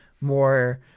more